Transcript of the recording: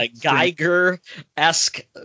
Geiger-esque